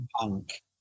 Punk